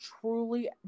truly